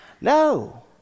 no